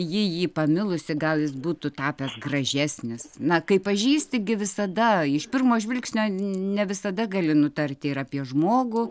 ji jį pamilusi gal jis būtų tapęs gražesnis na kai pažįsti gi visada iš pirmo žvilgsnio ne visada gali nutarti ir apie žmogų